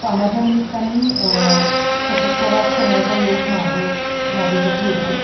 कामाच्या निमित्ताने सतत प्रवास करण्याचा योग माझ्या माझ्यासाठी येतो